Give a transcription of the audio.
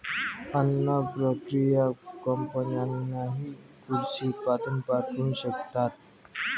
अन्न प्रक्रिया कंपन्यांनाही कृषी उत्पादन पाठवू शकतात